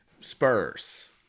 Spurs